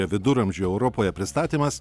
viduramžių europoje pristatymas